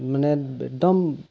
মানে একদম